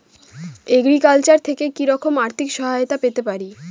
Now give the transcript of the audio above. Agriculture থেকে কি রকম আর্থিক সহায়তা পেতে পারি?